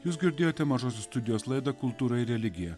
jūs girdėjote mažosios studijos laidą kultūra ir religija